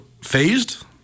phased